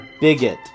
bigot